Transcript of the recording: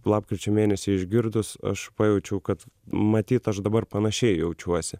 lapkričio mėnesį išgirdus aš pajaučiau kad matyt aš dabar panašiai jaučiuosi